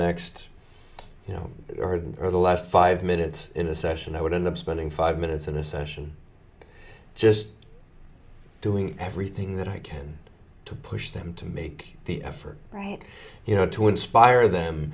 next you know or the last five minutes in a session i would end up spending five minutes in a session just doing everything that i can to push them to make the effort right you know to inspire them